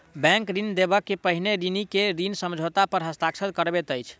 bank ऋण देबअ के पहिने ऋणी के ऋण समझौता पर हस्ताक्षर करबैत अछि